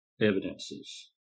evidences